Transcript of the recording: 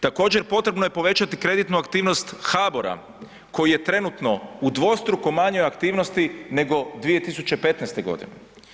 Također potrebno je povećati kreditnu aktivnost HABOR-a koji je trenutno u dvostruko manjoj aktivnosti nego 2015. godine.